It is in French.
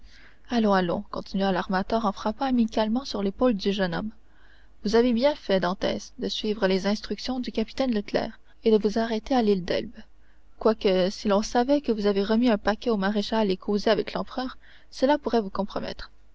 allons allons continua l'armateur en frappant amicalement sur l'épaule du jeune homme vous avez bien fait dantès de suivre les instructions du capitaine leclère et de vous arrêter à l'île d'elbe quoique si l'on savait que vous avez remis un paquet au maréchal et causé avec l'empereur cela pourrait vous compromettre